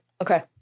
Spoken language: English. Okay